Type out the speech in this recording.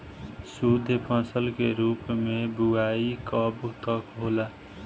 शुद्धफसल के रूप में बुआई कब तक होला?